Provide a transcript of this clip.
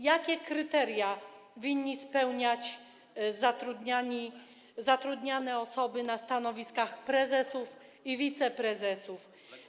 Jakie kryteria winni spełniać zatrudniane osoby na stanowiskach prezesów i wiceprezesów?